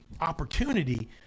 opportunity